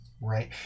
right